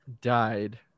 died